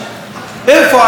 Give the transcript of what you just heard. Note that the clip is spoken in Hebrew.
איפה האשמים?